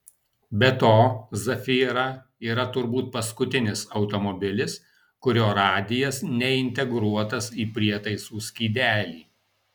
be to zafira yra turbūt paskutinis automobilis kurio radijas neintegruotas į prietaisų skydelį